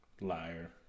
liar